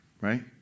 Right